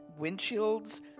windshields